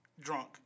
drunk